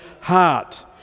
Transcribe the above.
heart